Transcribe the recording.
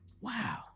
wow